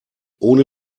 ohne